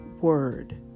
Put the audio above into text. Word